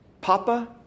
Papa